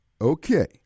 Okay